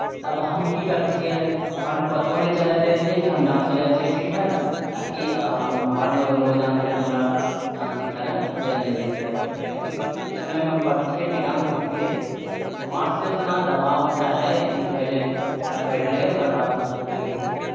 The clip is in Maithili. तब हम की करितियै रहए घरमे पतो नहि चलय दै रहियै कि हम डान्सो जाइ छियै सिखय लए ताकि हम घरमे अगर लोक जानतै तऽ हमरा डान्स सिखय लए देल नहि जेतै रहए किएकि ओ समयमे हम पढ़ितियै कि डान्स सिखतियै घरसँ उतना दबाव रहय कि पहिले बेटा पढ़ि ले ओकर बाद किछो करिहेँ